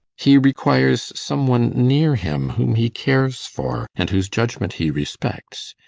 he requires some one near him whom he cares for, and whose judgment he respects.